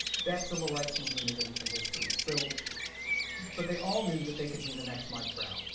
that civil rights movement is ancient history, so but they all knew that they could be the next mike brown.